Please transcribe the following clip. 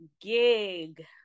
gig